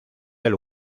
del